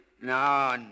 no